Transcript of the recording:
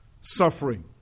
suffering